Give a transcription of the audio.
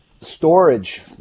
storage